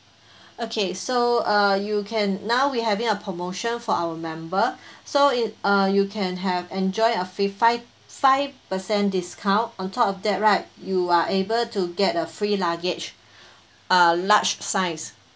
okay so uh you can now we having a promotion for our member so uh you can have enjoy a free fi~ five percent discount on top of that right you are able to get a free luggage uh large size